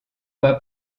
pas